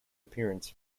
appearance